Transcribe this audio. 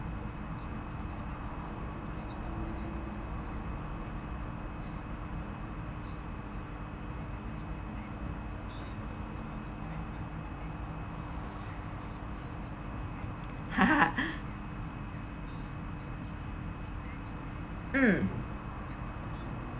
mm